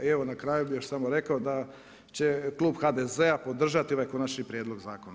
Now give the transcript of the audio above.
I evo na kraju bih još samo rekao da će klub HDZ-a podržati ovaj konačni prijedlog zakona.